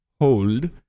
hold